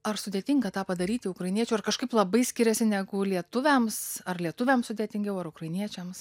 ar sudėtinga tą padaryti ukrainiečiui ar kažkaip labai skiriasi negu lietuviams ar lietuviams sudėtingiau ar ukrainiečiams